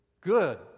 good